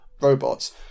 robots